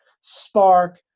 Spark